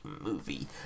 movie